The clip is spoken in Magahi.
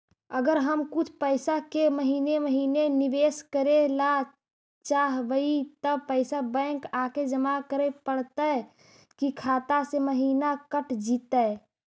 अगर हम कुछ पैसा के महिने महिने निबेस करे ल चाहबइ तब पैसा बैक आके जमा करे पड़तै कि खाता से महिना कट जितै?